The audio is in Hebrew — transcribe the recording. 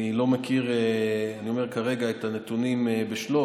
אני לא מכיר כרגע את הנתונים בשלוף.